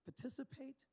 participate